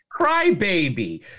Crybaby